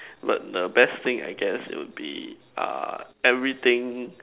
but the best thing I guess it would be uh everything